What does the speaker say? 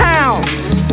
Pounds